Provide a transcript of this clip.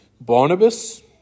Barnabas